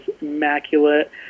immaculate